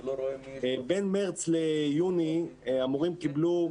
בין מרץ ליוני המורים קיבלו,